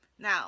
Now